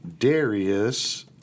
Darius